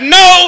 no